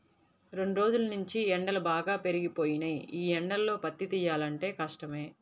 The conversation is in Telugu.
రెండ్రోజుల్నుంచీ ఎండలు బాగా పెరిగిపోయినియ్యి, యీ ఎండల్లో పత్తి తియ్యాలంటే కష్టమే